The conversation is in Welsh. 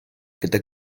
gyda